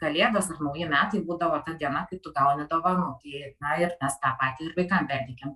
kalėdos ar nauji metai būdavo ta diena kai tu gauni dovanų tai tą ir mes tą patį ir vaikam perteikiam